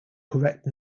correct